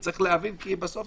צריך להבין, כי בסוף